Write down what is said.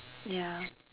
yeah